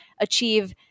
achieve